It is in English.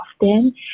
often